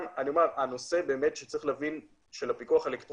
צריך להבין מה היכולות של כל הנושא של הפיקוח האלקטרוני.